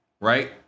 right